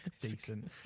decent